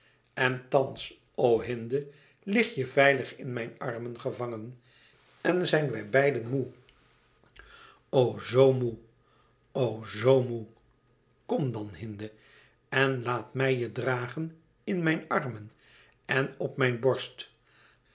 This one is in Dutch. en thans o hinde lig je veilig in mijn armen gevangen en zijn wij beiden moê o zoo moê o zoo moê kom dan hinde en laat mij je dragen in mijn armen en op mijn borst